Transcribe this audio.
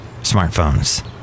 Smartphones